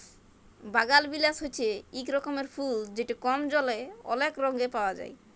বাগালবিলাস হছে ইক রকমের ফুল যেট কম জলে অলেক রঙে পাউয়া যায়